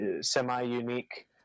semi-unique